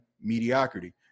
mediocrity